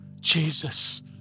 Jesus